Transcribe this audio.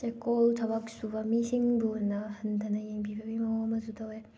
ꯆꯦꯛꯀꯣꯜ ꯊꯕꯛ ꯁꯨꯕ ꯃꯤꯁꯤꯡꯕꯨꯅ ꯍꯟꯊꯅ ꯌꯦꯡꯕꯤꯕꯒꯤ ꯃꯑꯣꯡ ꯑꯃꯁꯨ ꯇꯧꯋꯤ